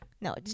No